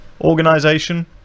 organization